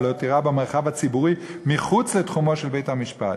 ולהותירה במרחב הציבורי מחוץ לתחומו של בית-המשפט.